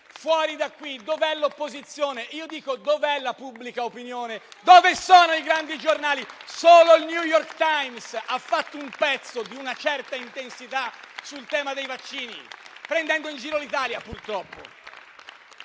fuori da qui dove sia l'opposizione, io chiedo: dov'é la pubblica opinione, dove sono i grandi giornali? Solo il «New York Times» ha fatto un pezzo di una certa intensità sul tema dei vaccini, prendendo purtroppo